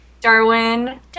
Darwin